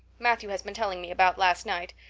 matthew has been telling me about last night.